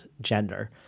gender